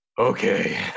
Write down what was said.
Okay